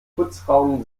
putzfrauen